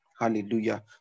Hallelujah